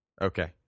Okay